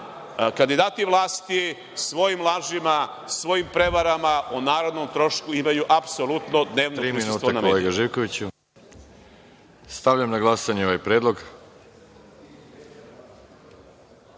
kandidati vlasti svojim lažima, svojim prevarama o narodnom trošku imaju apsolutno… **Veroljub